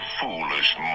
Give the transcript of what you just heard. foolish